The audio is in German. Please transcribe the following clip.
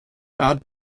art